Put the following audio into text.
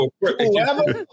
Whoever